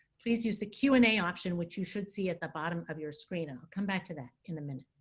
please use the q and a option which you should see at the bottom of your screen and i'll come back to that in a minute.